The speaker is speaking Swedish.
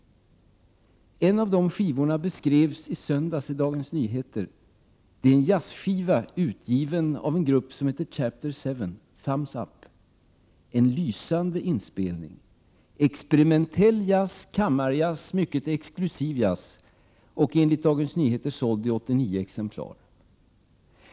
En av de skivorna beskrevs i söndags av Dagens Nyheter. Det är en jazzskiva utgiven av en grupp som heter Chapter Seven. Skivan heter 121 Thumbs Up. Det är en lysande inspelning. Det är experimentell jazz, kammarjazz och mycket exklusiv jazz, och enligt Dagens Nyheter har 89 exemplar av skivan sålts.